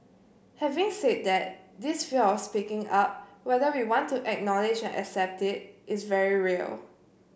having said that this fear of speaking up whether we want to acknowledge and accept it is very real